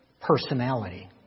personality